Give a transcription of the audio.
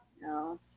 No